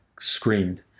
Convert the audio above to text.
screamed